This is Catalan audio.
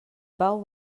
pau